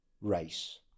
race